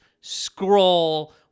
scroll